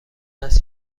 است